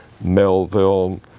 Melville